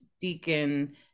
deacon